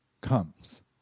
comes